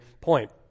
point